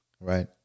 Right